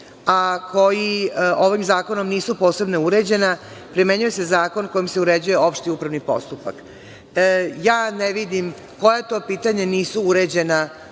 a koja ovim zakonom nisu posebno uređena, primenjuje se zakon kojim se uređuje opšti upravni postupak. Ja ne vidim koja to pitanja nisu uređena